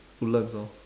woodlands orh